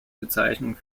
bezeichnung